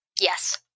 Yes